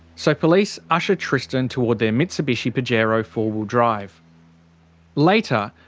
so police usher tristan toward their mitsubishi pajero four-wheel-drive. later,